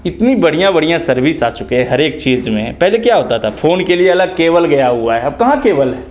इतनी बढ़िया बढ़िया सर्विस आ चुकी है हर एक चीज़ में पहले क्या होता था फ़ोन के लिए अलग केबल गया हुआ है अब कहाँ केबल है